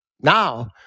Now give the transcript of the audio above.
Now